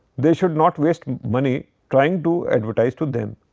they should not waste money trying to advertise to them.